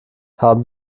haben